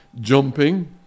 jumping